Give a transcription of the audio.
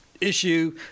Issue